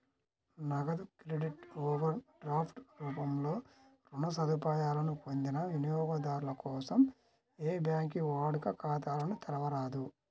నగదు credit, overdraft రూపంలో రుణ సదుపాయాలను పొందిన వినియోగదారుల కోసం ఏ బ్యాంకూ వాడుక ఖాతాలను తెరవరాదు